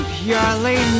purely